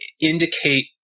indicate